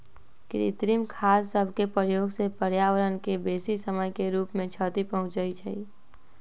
कृत्रिम खाद सभके प्रयोग से पर्यावरण के बेशी समय के रूप से क्षति पहुंचइ छइ